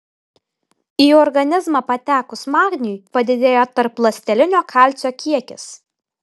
į organizmą patekus magniui padidėja tarpląstelinio kalcio kiekis